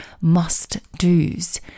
must-dos